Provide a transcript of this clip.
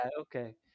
okay